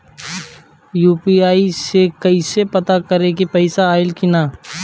UPI से कईसे पता करेम की पैसा आइल की ना?